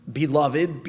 beloved